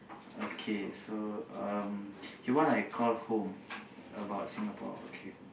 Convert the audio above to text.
okay so um okay what I call home about Singapore okay